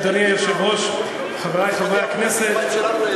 היושב-ראש, חברי חברי הכנסת,